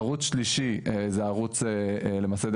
ערוץ שלישי זה ערוץ למעשה,